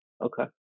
Okay